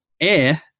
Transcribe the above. air